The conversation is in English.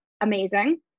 amazing